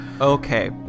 Okay